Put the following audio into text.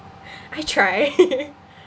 I try